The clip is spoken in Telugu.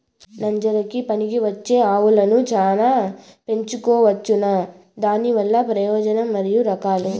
నంజరకి పనికివచ్చే ఆవులని చానా పెంచుకోవచ్చునా? దానివల్ల ప్రయోజనం మరియు రకాలు?